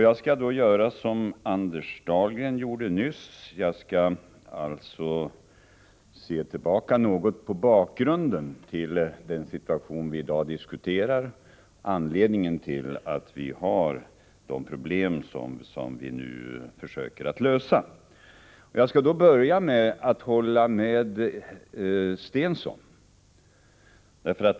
Jag skall göra som Anders Dahlgren gjorde nyss — se tillbaka något på bakgrunden till den situation som vi i dag diskuterar, anledningen till att vi har de problem som vi nu försöker lösa. Jag skail då börja med att hålla med Börje Stensson.